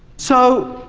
so,